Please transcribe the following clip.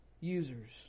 users